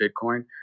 Bitcoin